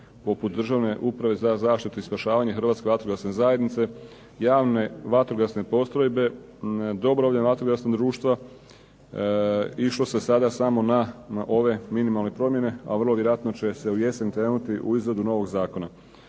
poput Državne uprave za zaštitu i spašavanje Hrvatske vatrogasne zajednice, javne vatrogasne postrojbe, dobrovoljna vatrogasna društva, išlo se samo na ove minimalne promjene, a u jesen će se vjerojatno ići u izradu novog zakona.